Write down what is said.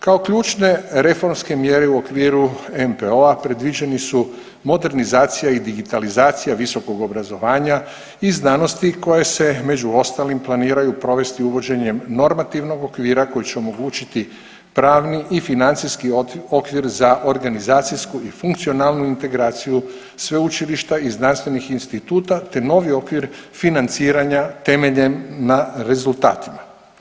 Kao ključne reformske mjere u okviru NPOO-a predviđeni su modernizacija i digitalizacija visokog obrazovanja i znanosti koje se, među ostalim planiraju provesti uvođenjem normativnog okvira koji će omogućiti pravni i financijski okvir za organizacijsku i funkcionalnu integraciju sveučilišta i znanstvenih instituta te novi okvir financiranja temeljen na rezultatima.